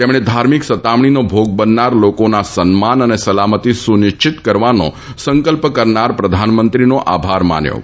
તેમણે ધાર્મિક સતામણીનો ભોગ બનનાર લોકોના સન્માન અને સલામતી સુનિશ્ચિત કરવાનો સંકલ્પ કરનાર પ્રધાનમંત્રીનો આભાર માન્યો હતો